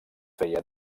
feia